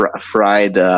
Fried